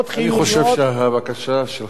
אני חושב שהבקשה שלך,